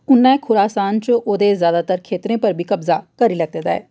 उ'न्नै खुरासान च ओह्दे जैदातर खेतरें पर बी कब्जा करी लैते दा ऐ